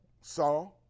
Saw